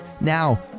now